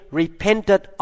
repented